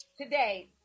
today